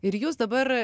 ir jūs dabar